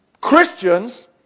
Christians